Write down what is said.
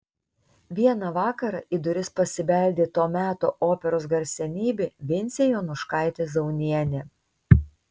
vieną vakarą į duris pasibeldė to meto operos garsenybė vincė jonuškaitė zaunienė